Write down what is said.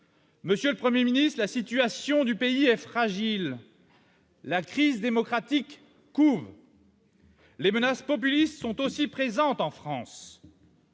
Monsieur le Premier ministre, la situation du pays est fragile, la crise démocratique couve, les menaces populistes sont aussi présentes en France.